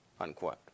Unquote